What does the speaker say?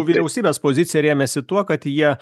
vyriausybės pozicija rėmėsi tuo kad jie